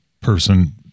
person